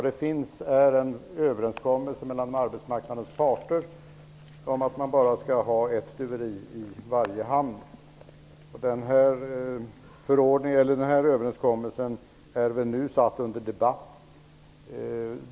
Det finns en överenskommelse mellan arbetsmarknadens parter om att det bara skall vara ett stuveri i varje hamn. Denna överenskommelse har nu tagits upp till debatt.